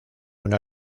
una